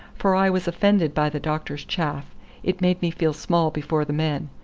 for i was offended by the doctor's chaff it made me feel small before the men.